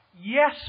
Yes